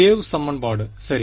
wave சமன்பாடு சரி